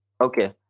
Okay